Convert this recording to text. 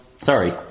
sorry